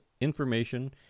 information